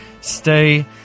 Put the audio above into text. stay